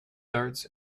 darts